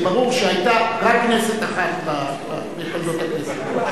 זה ברור שהיתה רק כנסת אחת בתולדות הכנסת,